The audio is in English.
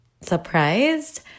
surprised